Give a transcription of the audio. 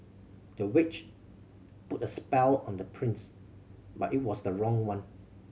the witch put a spell on the prince but it was the wrong one